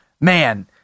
man